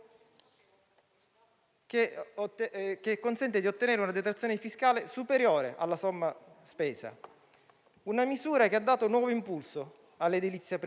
che consente di ottenere una detrazione fiscale superiore alla somma spesa. Tale misura ha dato nuovo impulso all'edilizia privata